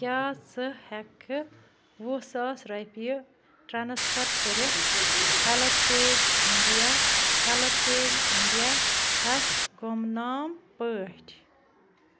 کیٛاہ ژٕ ہیٚکہٕ کھہٕ وُہ ساس رۄپیہِ ٹرٛانسفَر کٔرِتھ ہٮ۪لپیج اِنٛڈیا ہٮ۪لپیج اِنٛڈیاہَس گُمنام پٲٹھۍ